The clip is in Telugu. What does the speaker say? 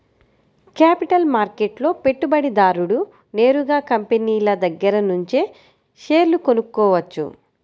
క్యాపిటల్ మార్కెట్లో పెట్టుబడిదారుడు నేరుగా కంపినీల దగ్గరనుంచే షేర్లు కొనుక్కోవచ్చు